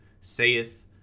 saith